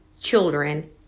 children